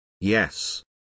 Yes